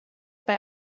bei